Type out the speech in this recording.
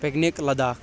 picnic Ladakh